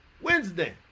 Wednesday